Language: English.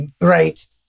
Right